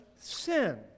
sin